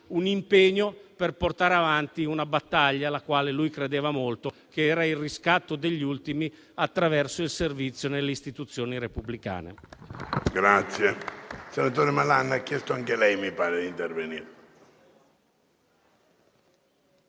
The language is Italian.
un impegno per portare avanti una battaglia alla quale lui credeva molto, che era il riscatto degli ultimi attraverso il servizio nelle istituzioni repubblicane.